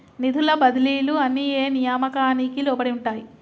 నిధుల బదిలీలు అన్ని ఏ నియామకానికి లోబడి ఉంటాయి?